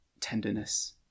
tenderness